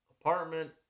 apartment